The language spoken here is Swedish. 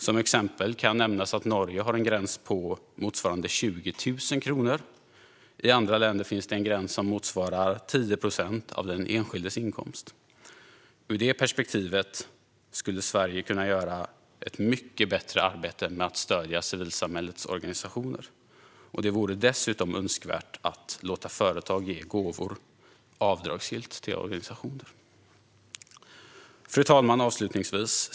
Som exempel kan nämnas att Norge har en gräns på motsvarande 20 000 kronor, och i andra länder finns en gräns som motsvarar 10 procent av den enskildes inkomst. Ur det perspektivet skulle Sverige kunna göra ett mycket bättre arbete med att stödja civilsamhällets organisationer. Det vore dessutom önskvärt att låta företag ge gåvor avdragsgillt till organisationer. Fru talman!